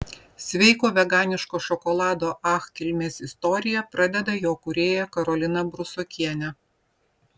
sveiko veganiško šokolado ach kilmės istoriją pradeda jo kūrėja karolina brusokienė